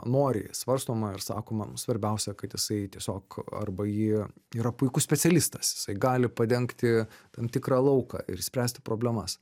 noriai svarstoma ir sakoma nu svarbiausia kad jisai tiesiog arba ji yra puikus specialistas jisai gali padengti tam tikrą lauką ir spręsti problemas